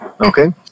okay